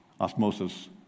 osmosis